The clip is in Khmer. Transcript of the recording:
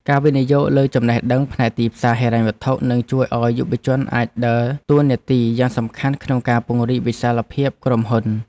ការវិនិយោគលើចំណេះដឹងផ្នែកទីផ្សារហិរញ្ញវត្ថុនឹងជួយឱ្យយុវជនអាចដើរតួនាទីយ៉ាងសំខាន់ក្នុងការពង្រីកវិសាលភាពក្រុមហ៊ុន។